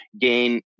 gain